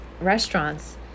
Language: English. restaurants